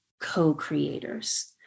co-creators